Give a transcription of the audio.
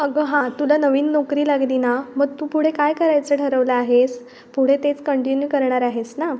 अगं हां तुला नवीन नोकरी लागली ना मग तू पुढे काय करायचं ठरवलं आहेस पुढे तेच कंटिन्यू करणार आहेस ना